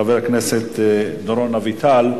חבר הכנסת דורון אביטל.